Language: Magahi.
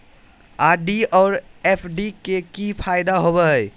आर.डी और एफ.डी के की फायदा होबो हइ?